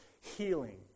healing